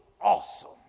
awesome